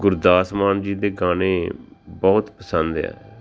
ਗੁਰਦਾਸ ਮਾਨ ਜੀ ਦੇ ਗਾਣੇ ਬਹੁਤ ਪਸੰਦ ਆ